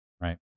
Right